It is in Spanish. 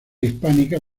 hispánica